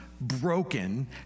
broken